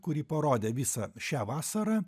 kurį parodė visą šią vasarą